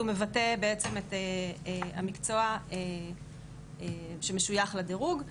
הדירוג מבטא בעצם את המקצוע שמשויך לדירוג,